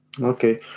Okay